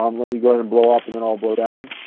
um let me go ahead and blow up and and i'll blow down.